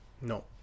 No